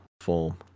form